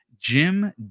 Jim